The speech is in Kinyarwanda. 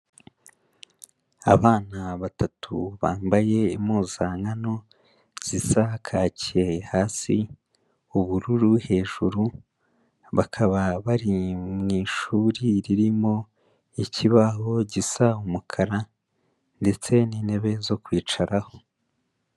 Abana batatu bambaye impuzankano zisa kake hasi, ubururu hejuru, bakaba bari mu ishuri ririmo ikibaho gisa umukara ndetse n'intebe zo kwicaraho.